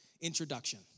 introduction